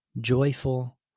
joyful